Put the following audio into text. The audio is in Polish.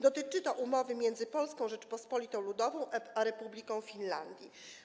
Dotyczy to umowy między Polską Rzecząpospolitą Ludową a Republiką Finlandii.